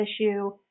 issue